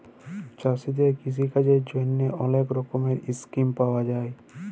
চাষীদের কিষিকাজের জ্যনহে অলেক রকমের ইসকিম পাউয়া যায়